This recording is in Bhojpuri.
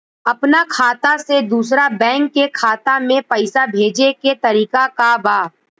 अपना खाता से दूसरा बैंक के खाता में पैसा भेजे के तरीका का बा?